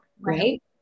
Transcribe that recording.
right